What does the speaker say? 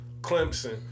Clemson